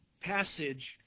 passage